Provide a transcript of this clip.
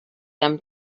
them